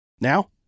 Now